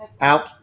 Out